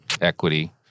equity